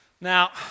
Now